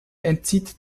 entzieht